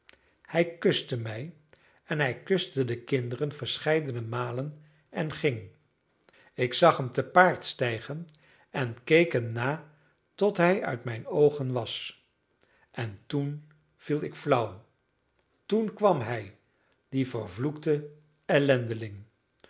hij kuste mij en hij kuste de kinderen verscheidene malen en ging ik zag hem te paard stijgen en keek hem na tot hij uit mijn oogen was en toen viel ik flauw toen kwam hij die vervloekte